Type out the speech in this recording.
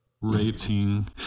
rating